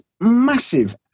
massive